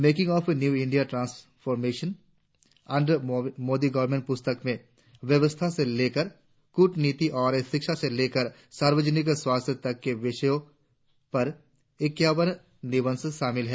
making of new India transformation under Modi government प्रस्तक में अर्थव्यवस्था से लेकर कूटनीति और शिक्षा से लेकर सार्वजनिक स्वास्थ्य तक के विषयों पर इक्यावन निबंश शामिल हैं